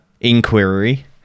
inquiry